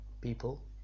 people